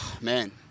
Man